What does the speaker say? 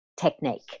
technique